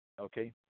okay